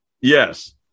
Yes